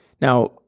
Now